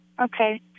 Okay